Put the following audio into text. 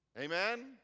Amen